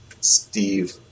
steve